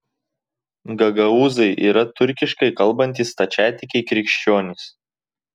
gagaūzai yra turkiškai kalbantys stačiatikiai krikščionys